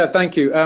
ah thank you.